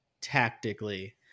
tactically